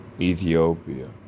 Ethiopia